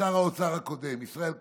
משר האוצר הקודם ישראל כץ.